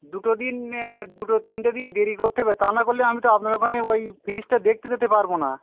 দুটো দিন দুটো তিনটে দিন দেরি করতে হবে তা না করলে আমি তো আপনার ওখানে ওই ফ্রিজটা দেখতে যেতে পারবো না